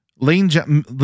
lane